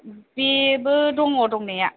बेबो दङ दंनाया